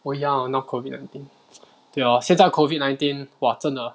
oh ya hor now COVID nineteen 对咯现在 COVID nineteen 哇真的